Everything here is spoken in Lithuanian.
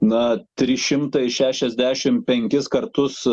na trys šimtai šešiasdešimt penkis kartus